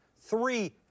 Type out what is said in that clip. three